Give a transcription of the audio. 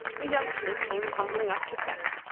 the youngsters came tumbling up the steps,